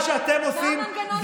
מה שאתם עושים זה, מה המנגנון שמבקר?